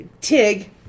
Tig